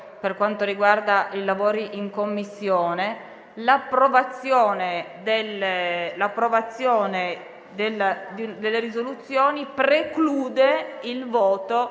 per quanto riguarda i lavori in Commissione, l'approvazione delle risoluzioni preclude il voto